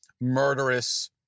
murderous